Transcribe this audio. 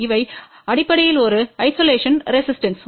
இவை அடிப்படையில் ஒரு ஐசோலேஷன் ரெசிஸ்டன்ஸ்பு